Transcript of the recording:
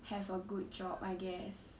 have a good job I guess